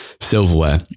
silverware